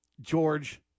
george